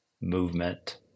movement